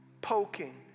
poking